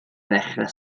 ddechrau